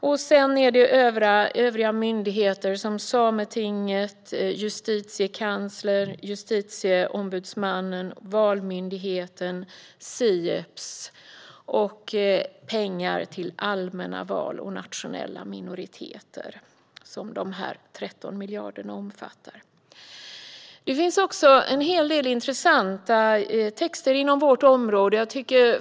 Sedan omfattar de här 13 miljarderna övriga myndigheter som Sametinget, Justitiekanslern, Justitieombudsmannen, Valmyndigheten, Sieps och pengar till allmänna val och nationella minoriteter. Det finns en hel del intressanta texter inom vårt område.